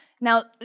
Now